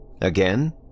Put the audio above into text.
again